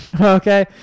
okay